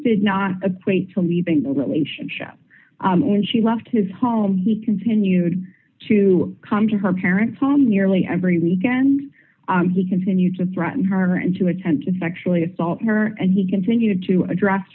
show when she left his home he continued to come to her parents home nearly every weekend he continued to threaten her and to attempt to sexually assault her and he continued to address